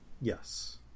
Yes